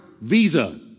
visa